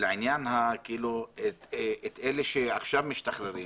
אלה שעכשיו משתחררים.